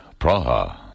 Praha